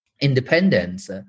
independence